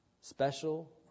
special